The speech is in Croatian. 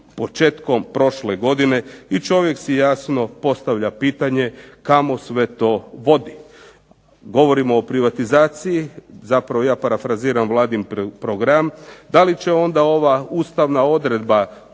početkom prošle godine i čovjek si postavlja pitanje kamo to sve vodi. Govorimo o privatizaciji, ja parafraziram Vladin program, da li će onda ova Ustavna odredba